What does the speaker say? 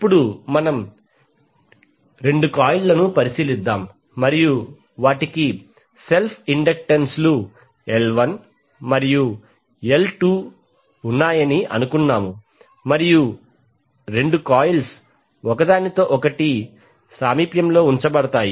ఇప్పుడు మనం 2 కాయిల్లను పరిశీలిద్దాం మరియు వాటికి సెల్ఫ్ ఇండక్టెన్స్లు L1 మరియు L2 ఉన్నాయని అనుకుంటాము మరియు రెండు కాయిల్స్ ఒకదానితో ఒకటి సామీప్యంలో ఉంచబడతాయి